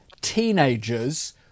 teenagers